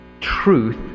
truth